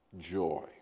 joy